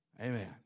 Amen